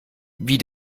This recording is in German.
wie